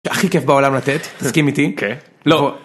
הכי כיף בעולם לתת, תסכים איתי? כן לא